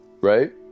right